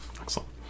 Excellent